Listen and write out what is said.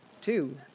two